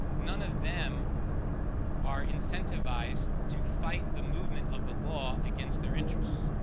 none of them are incentivized to fight the movement of the law against their interests.